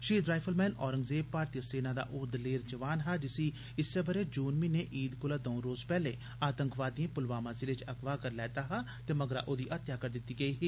शहीद राइलमैन औरंगजेब भारतीय सेना दा ओ दलेर जवान हा जिसी इस्सै बरे जून म्हीने ईद कोला दंऊ रोज पैह्ले आतंकवादियें पुलवामा जिले च अगवाह करी लैता हा ते मगरा ओदी हत्या करी दिती ही